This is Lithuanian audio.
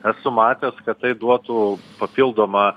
esu matęs kad tai duotų papildomą